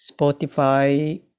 Spotify